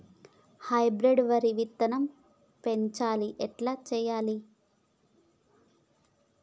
Hybrid వరి విస్తీర్ణం పెంచాలి ఎట్ల చెయ్యాలి?